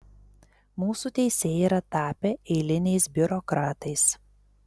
mūsų teisėjai yra tapę eiliniais biurokratais